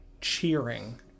cheering